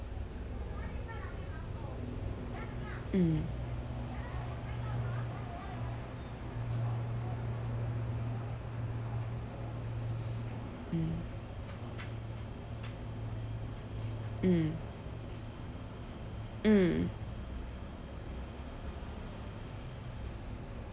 mm mm mm mm